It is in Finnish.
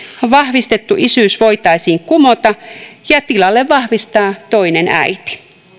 vahvistettu isyys voitaisiin kumota ja tilalle vahvistaa toinen äiti